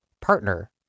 partner